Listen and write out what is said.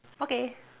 okay